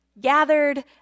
Gathered